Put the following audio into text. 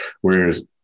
Whereas